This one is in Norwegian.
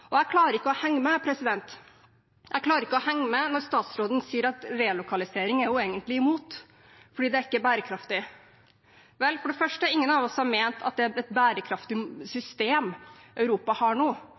Jeg klarer ikke å henge med når statsråden sier at hun egentlig er imot relokalisering, fordi det ikke er bærekraftig. Vel, for det første er det ingen av oss som har ment at det er et bærekraftig